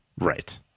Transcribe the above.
right